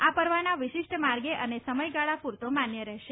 આ પરવાના વિશિષ્ટ માર્ગે અને સમયગાળા પુરતો માન્ય રહેશે